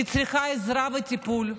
היא צריכה עזרה וטיפול,